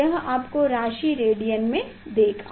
यह आपको राशि रेडियन में देगा